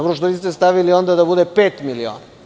Što niste stavili da bude pet miliona.